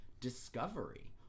Discovery